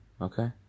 Okay